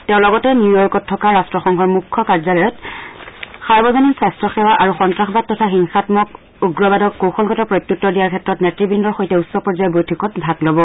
তেওঁ লগতে নিউৱৰ্কত থকা ৰাষ্ট্ৰসংঘৰ মুখ্য কাৰ্যালয়ত সাৰ্বজনীন স্বাস্থ্যসেৱা আৰু সন্ত্ৰাসবাদ তথা হিংসামক উগ্ৰবাদক কৌশলগত প্ৰত্যুত্তৰ দিয়াৰ ক্ষেত্ৰত নেত্ৰবন্দৰ সৈতে উচ্চ পৰ্যায়ৰ বৈঠকত ভাগ লব